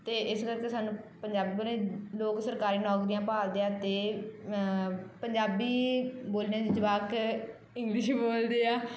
ਅਤੇ ਇਸ ਕਰਕੇ ਸਾਨੂੰ ਪੰਜਾਬੀ ਵਾਲੇ ਲੋਕ ਸਰਕਾਰੀ ਨੌਕਰੀਆਂ ਭਾਲਦੇ ਆ ਅਤੇ ਪੰਜਾਬੀ ਬੋਲਣ 'ਚ ਜਵਾਕ ਇੰਗਲਿਸ਼ ਬੋਲਦੇ ਆ